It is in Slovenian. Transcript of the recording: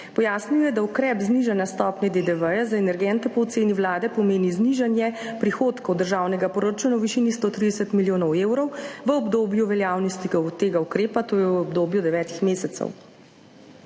Pojasnil je, da ukrep znižanja stopnje DDV za energente po oceni Vlade pomeni znižanje prihodkov državnega proračuna v višini 130 milijonov evrov v obdobju veljavnosti tega ukrepa, to je v obdobju devetih mesecev.